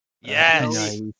Yes